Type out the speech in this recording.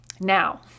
Now